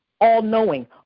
all-knowing